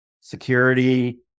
security